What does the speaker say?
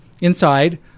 inside